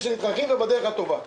אנחנו כבר בחודש נובמבר,